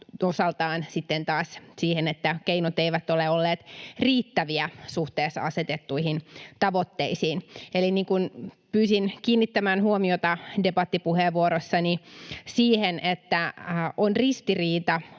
osaltaan sitten taas siihen, että keinot eivät ole olleet riittäviä suhteessa asetettuihin tavoitteisiin. Eli debattipuheenvuorossani pyysin kiinnittämään huomiota siihen, että on ristiriita